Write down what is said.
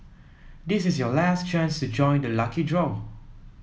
this is your last chance to join the lucky draw